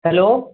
hello